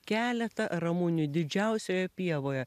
keletą ramunių didžiausioje pievoje